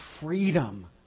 freedom